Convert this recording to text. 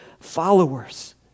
followers